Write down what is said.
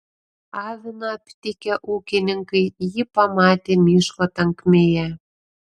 aviną aptikę ūkininkai jį pamatė miško tankmėje